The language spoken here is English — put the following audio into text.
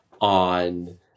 on